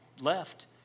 left